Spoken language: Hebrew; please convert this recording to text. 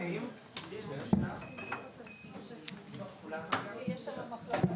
נקיים בהמשך השבוע דיון בנושא גזענות כלפי עולים.